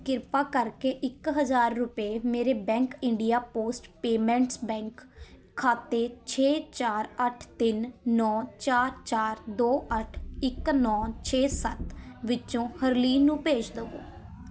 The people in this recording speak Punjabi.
ਕ੍ਰਿਪਾ ਕਰਕੇ ਇੱਕ ਹਜ਼ਾਰ ਰੁਪਏ ਮੇਰੇ bank India post payments bank ਖਾਤੇ ਛੇ ਚਾਰ ਅੱਠ ਤਿੰਨ ਨੌ ਚਾਰ ਚਾਰ ਦੋ ਅੱਠ ਇੱਕ ਨੌ ਛੇ ਸੱਤ ਵਿਚੋਂ ਹਰਲੀਨ ਨੂੰ ਭੇਜ ਦੇਵੋ